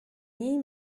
nie